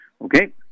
okay